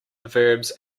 verbs